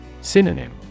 Synonym